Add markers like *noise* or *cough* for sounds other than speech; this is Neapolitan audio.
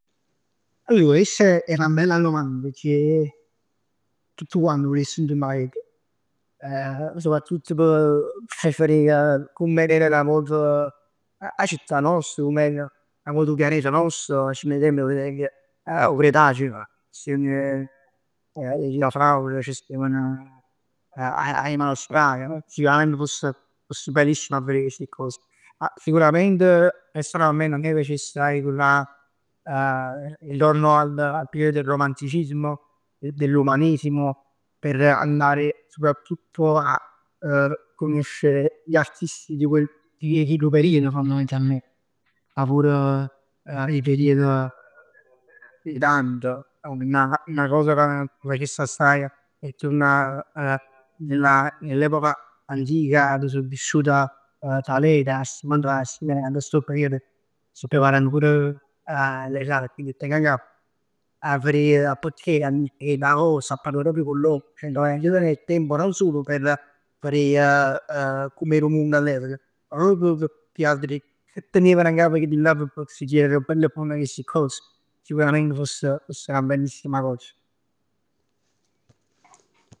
Allor chest è 'na bella domanda pecchè tutt quant vulessm turnà aret. *hesitation* Soprattutto p' verè comm'è a verè 'na vot 'a città nosta, comm'era 'na vota 'o pianeta nuost. 'O Cretaceo, steven, *unintelligible* c' steven a a a in Australia. Fisicament foss bellissimo a verè sti cos. Siurament, personalment a me piacess a turnà a, *hesitation* intorno al periodo Romanticismo e dell'Umanesimo, per andare soprattutto a *hesitation* conoscere gli artisti di quel, 'e chillu period fondamentalment. Ma pur 'e periodi 'e Dante, 'na cosa ca m' piacess assaje è turnà *hesitation* nella, nell'epoca antica, addò è vissut Talete, *unintelligible* dint 'a stu periodo sto preparann pur *hesitation* l'esam e quindi 'e teng n'gap. A verè 'o pecchè 'e 'na cos, a parlà proprj cu lor. Ceh a turnà indietro nel tempo e non solo per verè comm era 'o munn all'epoca, ma proprio p' verè che teneven ngap chillillà p' pensà bell e buon chesti cos. Sicurament foss foss 'na bellissima cos.